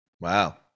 Wow